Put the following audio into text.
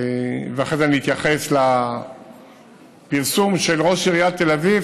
ואחרי זה אני אתייחס לפרסום של ראש עיריית תל אביב,